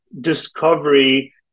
discovery